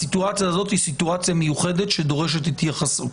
הסיטואציה הזאת היא סיטואציה מיוחדת שדורשת התייחסות.